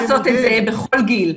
שהם מנהיגים מצליחים לעשות את בכל גיל.